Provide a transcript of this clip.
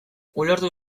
ulertu